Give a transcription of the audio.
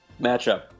matchup